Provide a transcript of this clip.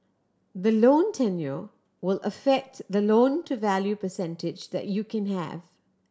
the loan tenure will affect the loan to value percentage that you can have